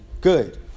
good